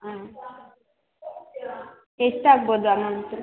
ಹಾಂ ಎಷ್ಟು ಆಗ್ಬೋದು ಅಮೌಂಟು